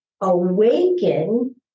awaken